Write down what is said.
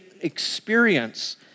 experience